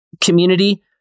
community